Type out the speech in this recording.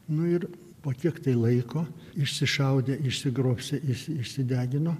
nu ir po kiek laiko išsišaudė išsigrobstė iš išsidegino